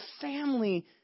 family